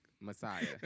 Messiah